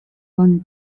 bon